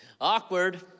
Awkward